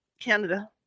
Canada